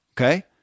okay